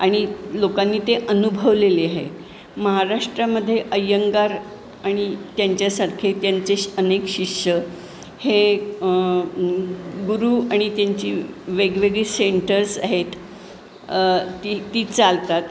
आणि लोकांनी ते अनुभवलेले आहे महाराष्ट्रामध्ये अय्यंगार आणि त्यांच्यासारखे त्यांचे श अनेक शिष्य हे गुरु आणि त्यांची वेगवेगळे सेंटर्स आहेत ती ती चालवतात